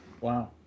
wow